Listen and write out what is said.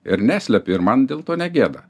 ir neslepiu ir man dėl to negėda